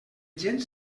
gent